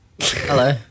Hello